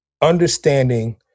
understanding